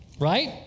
Right